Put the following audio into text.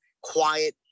quiet